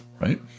right